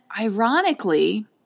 ironically